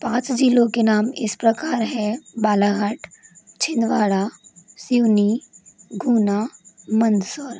पाँच ज़िलों के नाम इस प्रकार हैं बालाघाट छिंदवाड़ा सिवनी गुना मंदसौर